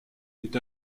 est